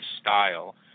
style